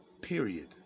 period